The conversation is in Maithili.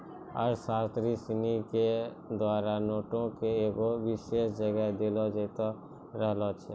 अर्थशास्त्री सिनी के द्वारा नोटो के एगो विशेष जगह देलो जैते रहलो छै